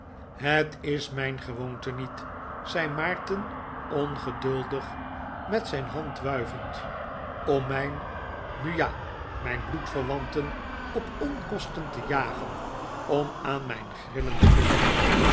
het is mijn gewoonte niet zei maarten ongeduldig met zijn hand wuivend om mijn nu ja mijn bloedverwanten op onkosten te jagen om aan mijn grillen te voldoen